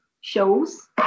shows